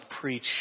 preach